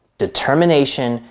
determination,